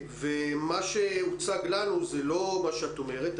ומה שהוצג לנו זה לא מה שאת אומרת.